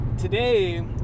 Today